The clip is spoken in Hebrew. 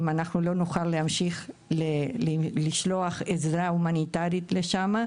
אם אנחנו לא נוכל להמשיך לשלוח עזרה הומניטרית לשם,